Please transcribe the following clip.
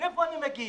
מאיפה אני מגיע,